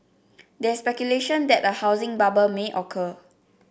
there is speculation that a housing bubble may occur